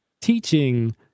teaching